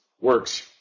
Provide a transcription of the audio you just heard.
works